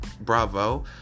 Bravo